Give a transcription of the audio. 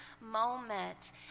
moment